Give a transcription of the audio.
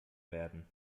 werden